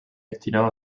destinado